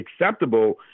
acceptable